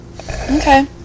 Okay